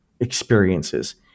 experiences